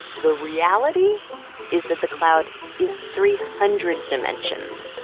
the reality is that the cloud is three hundred dimensions.